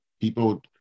people